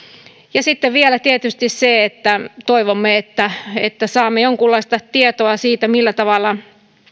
ja sitten vielä tietysti toivomme että että saamme jonkunlaista tietoa siitä millä tavalla